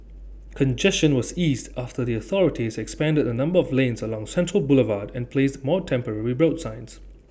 congestion was eased after the authorities expanded the number of lanes along central Boulevard and placed more temporary rebuild signs